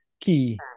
key